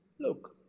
Look